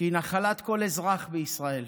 שהיא נחלת כל אזרח בישראל,